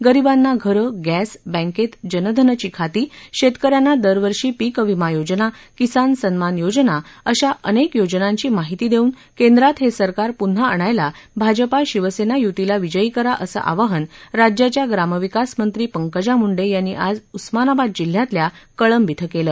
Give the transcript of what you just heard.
गरिबांना घरं ग्राम बँकेत जनधनची खाती शेतकऱ्यांना दरवर्षी पीक विमा योजना किसान सन्मान योजना अशा अनेक योजनांची माहिती देऊन केंद्रात हे सरकार प्न्हा आणायला भाजपा शिवसेना य्तीला विजयी करा असं आवाहन राज्याच्या ग्रामविकास मंत्री पंकजा मुंडे यांनी आज उस्मानाबाद जिल्ह्यातल्या कळंब इथं केलं